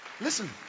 Listen